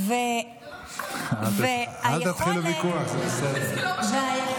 לא, לא, זה לא מה שאמרתי.